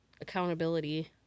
accountability